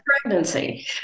pregnancy